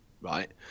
right